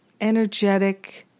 energetic